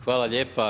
Hvala lijepa.